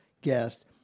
guest